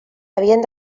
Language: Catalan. havien